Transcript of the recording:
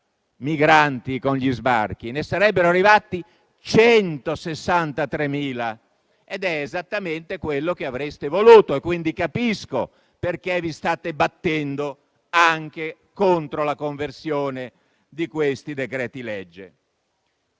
migranti con gli sbarchi, ma ne sarebbero giunti 163.000, ed è esattamente quello che avreste voluto. Quindi capisco perché vi state battendo anche contro la conversione di questi decreti-legge.